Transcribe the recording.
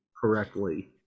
correctly